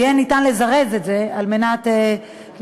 יהיה ניתן לזרז את זה על מנת לקדם,